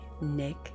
Nick